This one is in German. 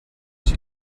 ich